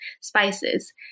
spices